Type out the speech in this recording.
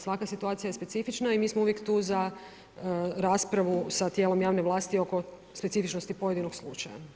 Svaka situacija je specifična i mi smo uvijek tu za raspravu sa tijelom javne vlasti oko specifičnosti pojedinog slučaja.